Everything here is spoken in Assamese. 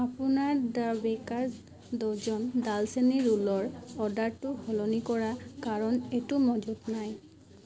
আপোনাৰ দ্য বেকাৰ্ছ ডজন ডালচেনীৰ ৰোলৰ অৰ্ডাৰটো সলনি কৰা কাৰণ এইটো মজুত নাই